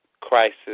crisis